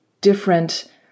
different